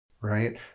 right